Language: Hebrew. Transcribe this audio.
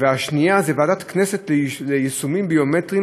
השנייה היא ועדת הכנסת ליישומים ביומטריים,